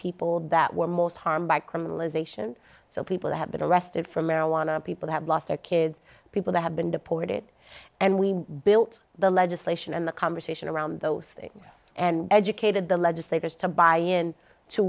people that were most harmed by criminalization so people have been arrested for marijuana and people have lost their kids people that have been deported and we built the legislation and the conversation around those things and educated the legislators to buy in to